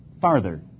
farther